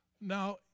Now